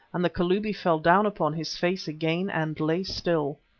and the kalubi fell down upon his face again, and lay still.